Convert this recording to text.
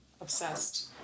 Obsessed